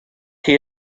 chi